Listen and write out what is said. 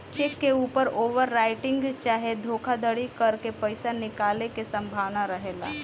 check के ऊपर overwriting चाहे धोखाधरी करके पईसा निकाले के संभावना रहेला